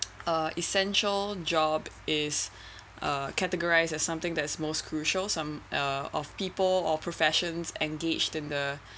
uh essential job is uh categorised as something that is most crucial some uh of people or professions engaged in the